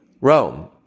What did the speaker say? Rome